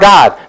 God